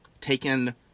taken